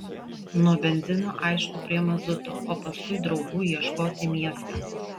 nuo benzino aišku prie mazuto o paskui draugų ieškot į miestą